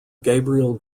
gabriel